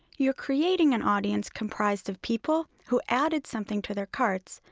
you're creating an audience comprised of people who added something to their carts,